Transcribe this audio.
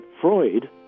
Freud